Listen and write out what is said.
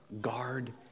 guard